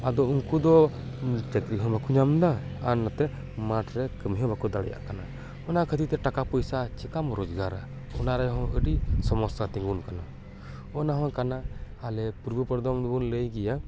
ᱟᱫᱚ ᱩᱱᱠᱩ ᱫᱚ ᱪᱟᱠᱨᱤ ᱦᱚᱸ ᱵᱟᱠᱚ ᱧᱟᱢ ᱮᱫᱟ ᱟᱨ ᱱᱚᱛᱮ ᱢᱟᱴ ᱨᱮ ᱠᱟᱹᱢᱤ ᱦᱚᱸ ᱵᱟᱠᱚ ᱫᱟᱲᱮᱭᱟᱜ ᱠᱟᱱᱟ ᱚᱱᱟ ᱠᱷᱟᱹᱛᱤᱨ ᱛᱮ ᱴᱟᱠᱟ ᱯᱚᱭᱥᱟ ᱪᱮᱠᱟᱢ ᱨᱚᱡᱜᱟᱨᱟ ᱚᱱᱟ ᱨᱮᱦᱚᱸ ᱟᱹᱰᱤ ᱥᱳᱢᱚᱥᱟ ᱛᱤᱸᱜᱩᱱ ᱠᱟᱱᱟ ᱚᱱᱟ ᱦᱚᱸ ᱠᱟᱱᱟ ᱟᱞᱮ ᱯᱩᱨᱵᱚ ᱵᱚᱨᱫᱚᱢᱟᱜ ᱫᱚᱠᱚ ᱞᱟᱹᱭ ᱜᱮᱭᱟ